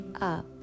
up